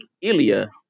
Ilya